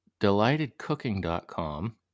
delightedcooking.com